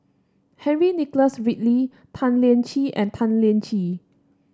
Henry Nicholas Ridley Tan Lian Chye and Tan Lian Chye